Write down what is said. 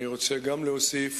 אני רוצה גם להוסיף,